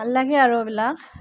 ভাল লাগে আৰু এইবিলাক